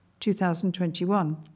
2021